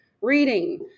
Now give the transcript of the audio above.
reading